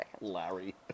Larry